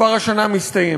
השנה כבר מסתיימת.